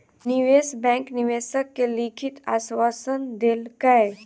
निवेश बैंक निवेशक के लिखित आश्वासन देलकै